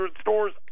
stores